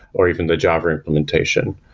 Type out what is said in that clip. or even the java implementation,